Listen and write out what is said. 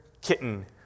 kitten